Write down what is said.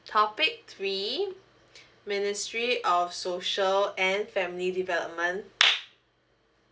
topic three ministry of social and family development